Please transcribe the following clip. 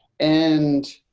and